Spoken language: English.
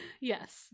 Yes